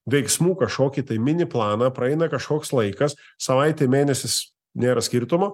veiksmų kažkokį tai mini planą praeina kažkoks laikas savaitė mėnesis nėra skirtumo